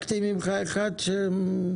אני